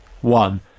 one